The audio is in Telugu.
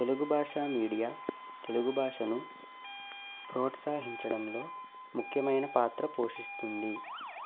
తెలుగు భాష మీడియా తెలుగు భాషను ప్రోత్సహించడంలో ముఖ్యమైన పాత్ర పోషిస్తుంది